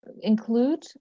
include